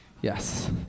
Yes